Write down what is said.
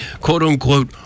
quote-unquote